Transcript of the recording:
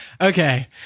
okay